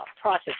process